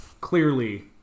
clearly